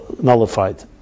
nullified